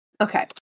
Okay